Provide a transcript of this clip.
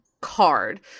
card